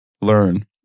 learn